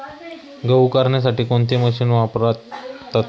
गहू करण्यासाठी कोणती मशीन वापरतात?